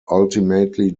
ultimately